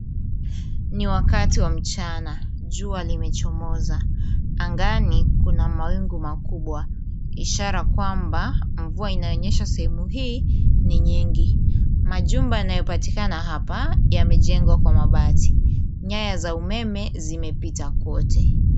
Ni wakati wa mchana, jua limechomoza, angani kuna mawingu makubwa ishara kwamba mvua inayonyesha sehemu hii ni nyingi. Majumba yanayopatikana hapa yamejengwa kwa mabati, nyaya za umeme zimepita kwote.